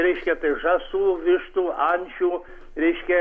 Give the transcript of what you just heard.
reiškia tai žąsų vištų ančių reiškia